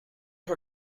her